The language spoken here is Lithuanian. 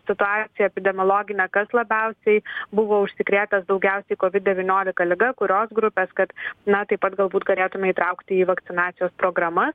situaciją epidemiologinę kad labiausiai buvo užsikrėtęs daugiausiai covid devyniolika liga kurios grupes kad na taip pat galbūt galėtume įtraukti į vakcinacijos programas